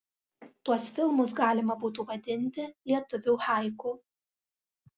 tuos filmus galima būtų vadinti lietuvių haiku